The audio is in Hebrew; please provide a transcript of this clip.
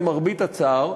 למרבה הצער,